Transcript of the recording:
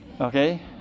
Okay